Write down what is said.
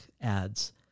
adds